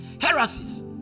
heresies